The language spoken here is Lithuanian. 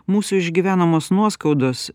mūsų išgyvenamos nuoskaudos